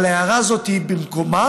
אבל ההערה הזאת היא במקומה,